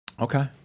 Okay